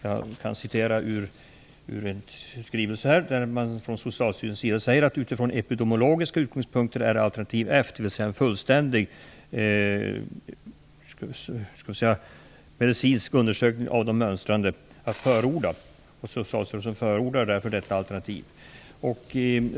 Jag kan citera följande ur en skrivelse från Socialstyrelsen: "Utifrån epidemiologiska utgångspunkter är alternativ F" - dvs. en fullständig medicinsk undersökning av de mönstrande - "att föredra. Socialstyrelsen förordar därför detta alternativ."